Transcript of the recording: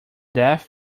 death